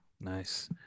Nice